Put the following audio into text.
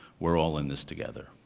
we're all in this together.